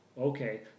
okay